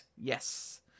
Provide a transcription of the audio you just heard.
Yes